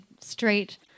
straight